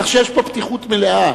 כך שיש פה פתיחות מלאה.